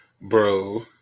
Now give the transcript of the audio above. Bro